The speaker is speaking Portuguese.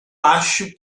acho